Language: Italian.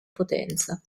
potenza